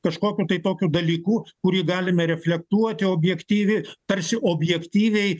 kažkokiu tai tokiu dalyku kurį galime reflektuoti objektyvi tarsi objektyviai